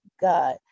God